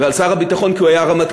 ועל שר הביטחון כי הוא היה רמטכ"ל,